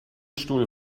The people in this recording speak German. stuhl